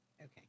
okay